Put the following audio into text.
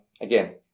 again